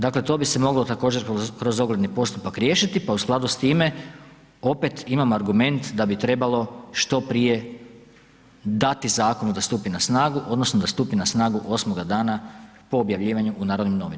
Dakle, to bi se moglo također kroz ogledni postupak riješiti, pa u skladu s time opet imam argument da bi trebalo što prije dati zakonu da stupi na snagu odnosno da stupi na snagu osmoga dana po objavljivanju u Narodnim novinama.